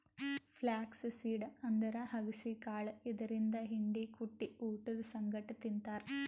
flax seed ಅಂದ್ರ ಅಗಸಿ ಕಾಳ್ ಇದರಿಂದ್ ಹಿಂಡಿ ಕುಟ್ಟಿ ಊಟದ್ ಸಂಗಟ್ ತಿಂತಾರ್